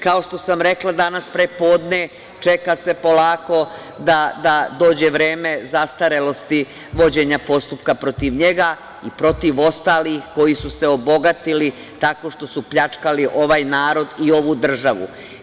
Kao što sam rekla danas pre podne, čeka se polako da dođe vreme zastarelosti vođenja postupka protiv njega i protiv ostalih koji su se obogatili tako što su pljačkali ovaj narod i ovu državu.